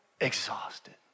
exhausted